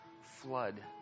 flood